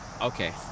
Okay